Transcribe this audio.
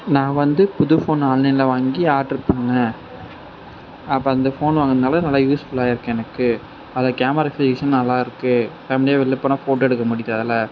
நான் வந்து புது ஃபோன் ஆன்லைன்ல வாங்கி ஆர்ட்ரு பண்ணேன் அப்போ அந்த ஃபோன் வாங்கினனால நல்லா யூஸ் ஃபுல்லாக இருக்குது எனக்கு அதில் கேமரா அப்ளிக்கேஷன் நல்லா இருக்குது ஃபேமிலியாக வெளில போனால் எடுக்க முடியுது அதில்